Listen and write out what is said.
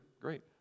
Great